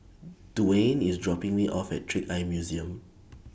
Dewayne IS dropping Me off At Trick Eye Museum